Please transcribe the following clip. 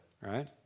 Right